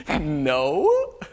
no